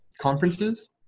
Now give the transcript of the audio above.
conferences